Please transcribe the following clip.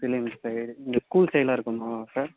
இல்லைங்க சார் இங்கே ஸ்கூல் சைடில் இருக்கணும் சார்